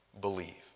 believe